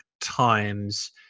times